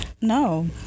no